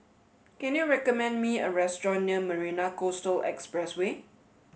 can you recommend me a restaurant near Marina Coastal Expressway